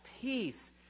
peace